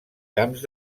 camps